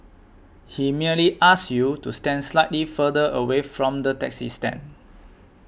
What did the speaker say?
he merely asked you to stand slightly further away from the taxi stand